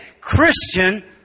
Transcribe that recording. Christian